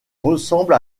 ressemble